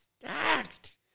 stacked